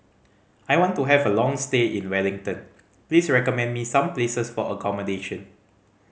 I want to have a long stay in Wellington please recommend me some places for accommodation